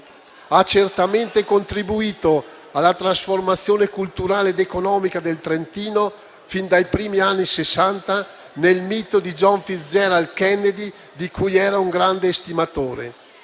Ha certamente contribuito alla trasformazione culturale ed economica del Trentino fin dai primi anni Sessanta nel mito di John Fitzgerald Kennedy, di cui era un grande estimatore,